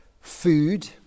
food